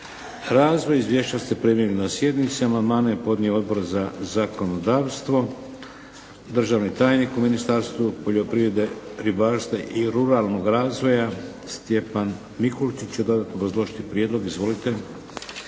razvoj. izvješća ste primili na sjednici. Amandmane je podnio Odbor za zakonodavstvo. Državni tajnik u Ministarstvu poljoprivrede, ribarstva i ruralnog razvoja Stjepan Mikolčić će dodatno obrazložiti prijedlog. Izvolite.